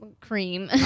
cream